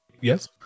Yes